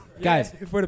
Guys